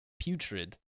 putrid